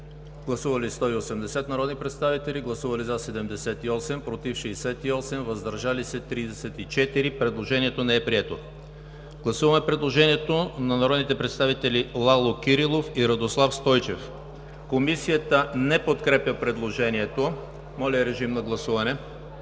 Гласували 184 народни представители: за 80, против 70, въздържали се 34. Предложението не е прието. Гласуваме предложението на народните представители Георги Гьоков и Драгомир Стойнев. Комисията не подкрепя предложението. Моля, гласувайте.